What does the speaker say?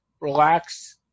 relax